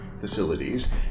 facilities